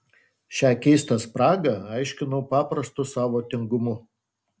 šią keistą spragą aiškinau paprastu savo tingumu